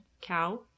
cow